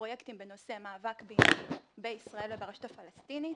לפרויקטים בנושא מאבק בעינויים בישראל וברשות הפלסטינית.